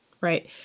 right